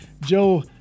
Joe